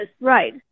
right